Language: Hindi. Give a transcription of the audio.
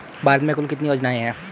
भारत में कुल कितनी योजनाएं हैं?